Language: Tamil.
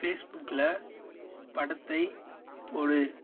ஃபேஸ்புக்கில் படத்தைப் போடு